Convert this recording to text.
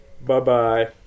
bye-bye